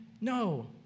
No